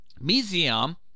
Museum